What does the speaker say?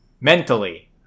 mentally